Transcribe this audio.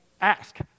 ask